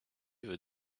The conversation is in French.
veut